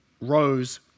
rose